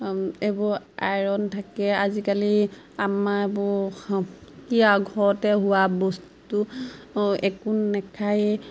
এইবোৰ আইৰণ থাকে আজিকালি আমাৰ এইবোৰ কি আৰু ঘৰতে হোৱা বস্তু একো নাখায়ে